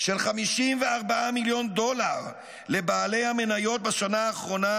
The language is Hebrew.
של 54 מיליון דולר לבעלי המניות בשנה האחרונה,